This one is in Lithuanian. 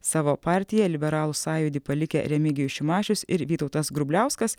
savo partija liberalų sąjūdį palikę remigijus šimašius ir vytautas grubliauskas